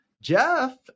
Jeff